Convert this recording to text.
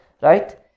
Right